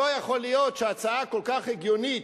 לא יכול להיות שהצעה כל כך הגיונית,